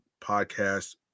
podcast